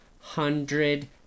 hundred